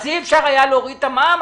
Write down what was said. אז אי אפשר היה להוריד את המע"מ,